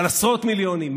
אבל עשרות מיליונים,